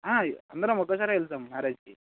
అందరం ఒకేసారే వెళతాము మ్యారేజ్కి